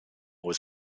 was